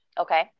Okay